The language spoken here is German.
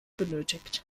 benötigt